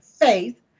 Faith